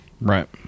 Right